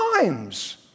times